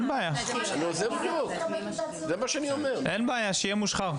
אין בעיה, שיהיה מושחר.